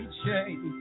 chain